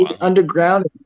Underground